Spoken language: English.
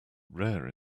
rare